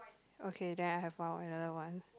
okay then I have found another one